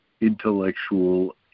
intellectual